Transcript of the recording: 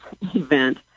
event